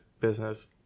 business